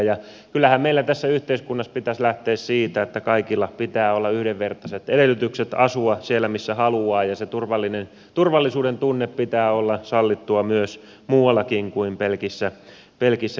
ja kyllähän meillä tässä yhteiskunnassa pitäisi lähteä siitä että kaikilla pitää olla yhdenvertaiset edellytykset asua siellä missä haluaa ja sen turvallisuudentunteen pitää olla sallittua muuallakin kuin pelkissä keskuskaupungeissa